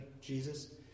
Jesus